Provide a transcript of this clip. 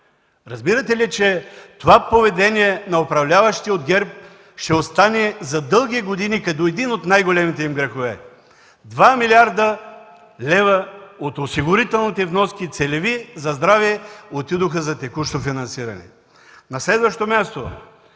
Разбирате ли, че това поведение на управляващите от ГЕРБ ще остане за дълги години като един от най-големите им грехове? Два милиарда лева от осигурителните вноски – целеви, за здраве отидоха за текущо финансиране! На следващо място,